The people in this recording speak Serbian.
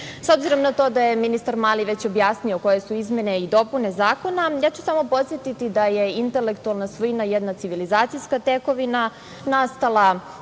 S obzirom na to da je ministar Mali već objasnio koje su izmene i dopune zakona, samo ću podsetiti da je intelektualna svojina jedna civilizacijska tekovina, nastala kao